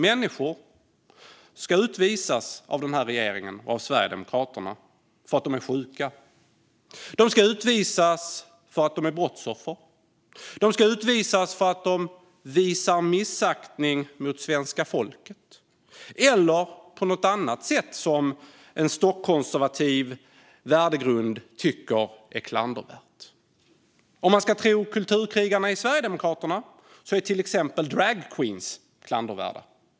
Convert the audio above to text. Människor ska utvisas av denna regering och av Sverigedemokraterna för att de är sjuka. De ska utvisas för att de är brottsoffer. De ska utvisas för att de visar missaktning mot svenska folket. Eller också ska de utvisas på grund av något annat som man med en stockkonservativ värdegrund tycker är klandervärt. Om man ska tro kulturkrigarna i Sverigedemokraterna är till exempel dragqueens klandervärda.